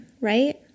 right